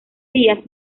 días